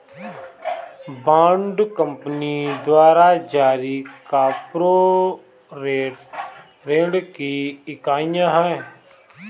bond company द्वारा जारी corporate ऋण की इकाइयां हैं